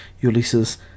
Ulysses